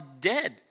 dead